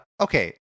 Okay